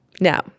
Now